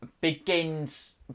begins